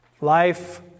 Life